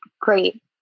great